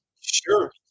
Sure